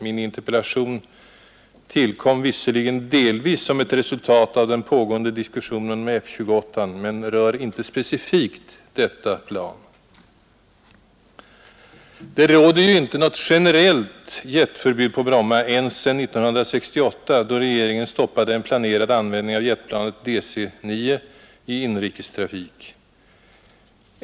Min interpellation tillkom visserligen delvis som ett resultat av den pågående diskussionen om F-28:an men rör inte specifikt detta flygplan. Det råder ju inte generellt jetförbud på Bromma ens sedan 1968 då regeringen stoppade en planerad användning av jetplanet DC-9 i inrikestrafik.